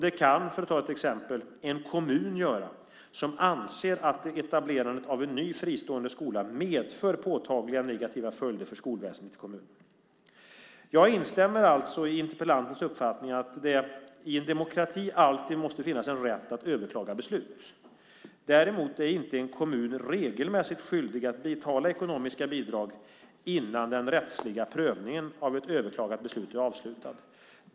Det kan, för att ta ett exempel, en kommun göra som anser att etablerandet av en ny fristående skola medför påtagliga negativa följder för skolväsendet i kommunen. Jag instämmer alltså i interpellantens uppfattning att det i en demokrati alltid måste finnas en rätt att överklaga beslut. Däremot är inte en kommun regelmässigt skyldig att betala ekonomiska bidrag innan den rättsliga prövningen av ett överklagat beslut är avslutad.